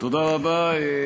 תודה רבה,